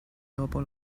dopo